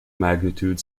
magnitude